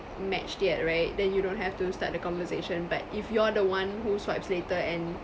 matched yet right then you don't have to start the conversation but if you are the one who swipes later and